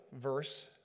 verse